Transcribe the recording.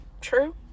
True